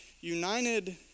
united